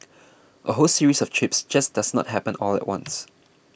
a whole series of trips just does not happen all at once